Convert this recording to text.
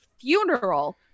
funeral